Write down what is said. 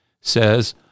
says